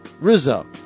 Rizzo